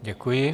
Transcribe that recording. Děkuji.